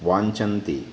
वाञ्चन्ति